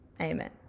amen